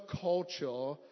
culture